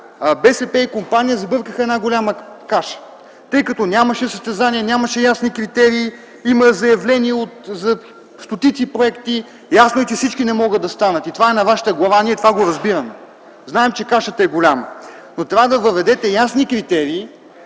БСП и компания забъркаха една голяма каша, тъй като нямаше състезание, нямаше ясни критерии, има заявления за стотици проекти, ясно е, че всички не могат да станат. И това е на Вашата глава – ние това го разбираме, знаем, че кашата е голяма. Но трябва да въведете ясни критерии.